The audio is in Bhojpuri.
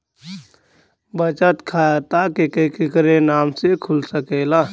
बचत खाता केकरे केकरे नाम से कुल सकेला